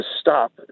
stop